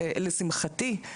לשמחתי,